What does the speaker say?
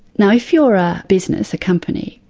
now, if you're a business, a company,